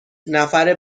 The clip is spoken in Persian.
نفر